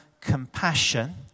compassion